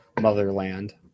motherland